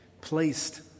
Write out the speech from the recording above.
placed